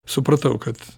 supratau kad